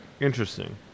Interesting